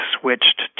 switched